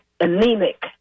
anemic